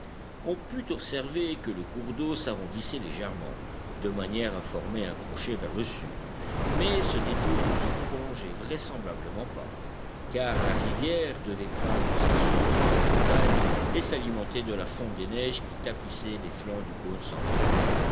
on put observer que le cours d'eau s'arrondissait légèrement de manière à former un crochet vers le sud mais ce détour ne se prolongeait vraisemblablement pas car la rivière devait prendre sa source dans la montagne et s'alimenter de la fonte des neiges qui tapissaient les flancs du cône central